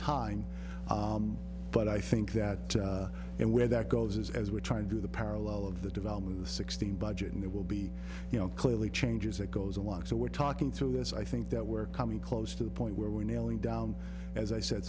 time but i think that and where that goes is as we're trying to do the parallel of the development of the sixteen budget and there will be you know clearly changes that goes along so we're talking through this i think that we're coming close to the point where we're nailing down as i said